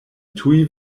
tuj